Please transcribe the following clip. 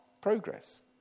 progress